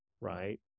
right